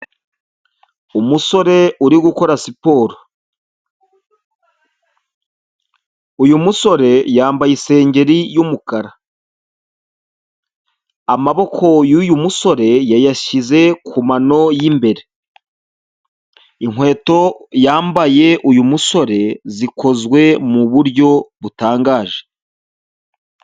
Umusore uri gukora siporo. Uyu musore yambaye isengeri y'umukara. Amaboko y'uyu musore yayashyize ku mano y'imbere. Inkweto yambaye uyu musore zikozwe mu buryo butangaje.